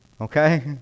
okay